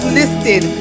listed